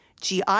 GI